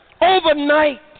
Overnight